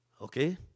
okay